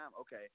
Okay